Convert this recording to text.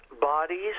bodies